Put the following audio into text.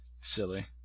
silly